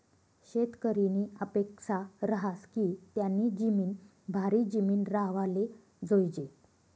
शेतकरीनी अपेक्सा रहास की त्यानी जिमीन भारी जिमीन राव्हाले जोयजे